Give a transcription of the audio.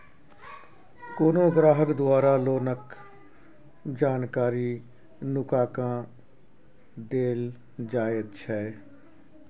कोनो ग्राहक द्वारा लोनक जानकारी नुका केँ देल जाएत छै